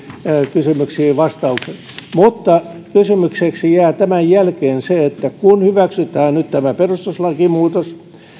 kysymyksiin vastaukset mutta kysymykseksi jää tämän jälkeen se että kun hyväksytään nyt tämä perustuslakimuutos